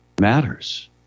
matters